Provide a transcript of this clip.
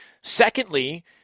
Secondly